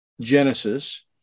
Genesis